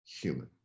human